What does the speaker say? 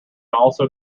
also